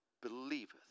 believeth